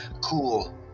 Cool